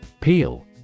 Peel